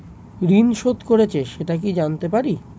ঋণ শোধ করেছে সেটা কি জানতে পারি?